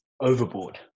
overboard